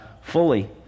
fully